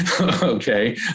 Okay